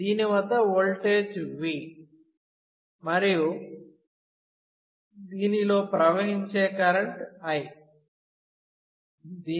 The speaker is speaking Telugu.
దీని వద్ద ఓల్టేజ్ V మరియు దీనిలో ప్రవహించే కరెంట్ I